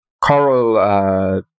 coral